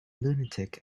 lunatic